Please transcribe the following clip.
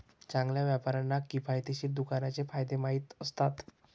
चांगल्या व्यापाऱ्यांना किफायतशीर दुकानाचे फायदे माहीत असतात